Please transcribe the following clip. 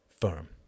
firm